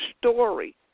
story